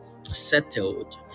settled